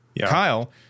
Kyle